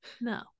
No